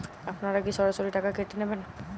আপনারা কি সরাসরি টাকা কেটে নেবেন?